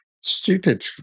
stupid